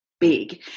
big